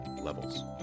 levels